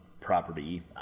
property